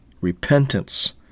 repentance